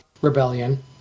rebellion